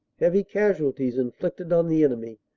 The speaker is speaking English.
heavy casualties inflicted on the enemy,